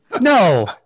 no